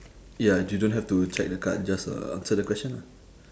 ya you don't have to check the card just uh answer the question ah